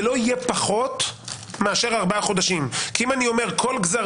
זה לא יהיה פחות מאשר ארבעה חודשים כי אם אני אומר כל גזר